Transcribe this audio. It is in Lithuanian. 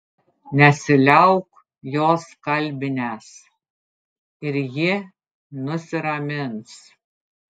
nesiliauk jos kalbinęs ir ji nusiramins